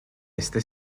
este